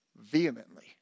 vehemently